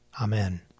Amen